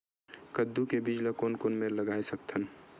कददू के बीज ला कोन कोन मेर लगय सकथन?